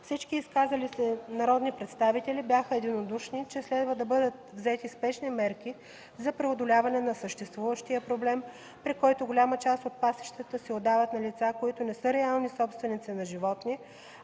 Всички изказали се народни представители бяха единодушни, че следва да бъдат взети спешни мерки за преодоляване на съществуващия проблем, при който голяма част от пасищата се отдават на лица, които не са реални собственици на животни,